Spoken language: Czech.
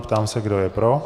Ptám se, kdo je pro?